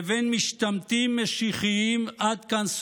לבין משתמטים משיחיים" עד כאן,